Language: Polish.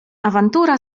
awantura